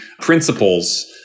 principles